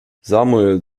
samuel